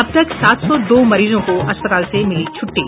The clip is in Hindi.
अब तक सात सौ दो मरीजों को अस्पताल से मिली छुट्टी